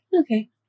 Okay